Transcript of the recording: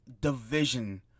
division